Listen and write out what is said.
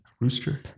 Rooster